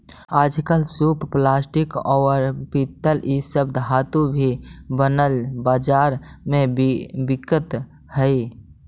आजकल सूप प्लास्टिक, औउर पीतल इ सब धातु के भी बनल बाजार में बिकित हई